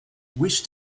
wish